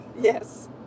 yes